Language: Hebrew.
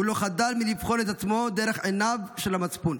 הוא לא חדל לבחון את עצמו דרך עיניו של המצפון.